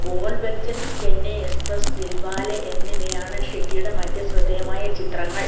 Bol Bachchan Chennai Express Dilwale എന്നിവയാണ് ഷെട്ടിയുടെ മറ്റ് ശ്രദ്ധേയമായ ചിത്രങ്ങൾ